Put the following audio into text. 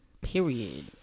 period